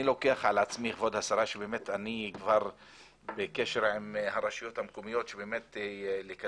אני בקשר עם הרשויות המקומיות כדי לקדם